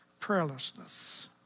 prayerlessness